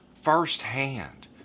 firsthand